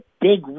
big